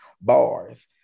bars